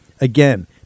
Again